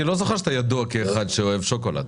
אני לא זוכר שאתה ידוע כאחד שאוהב שוקולד.